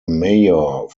mayor